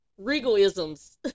Regalisms